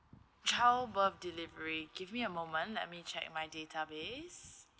childbirth delivery give me a moment let me check my database